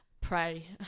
pray